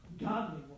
Godly